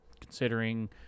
considering